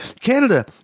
Canada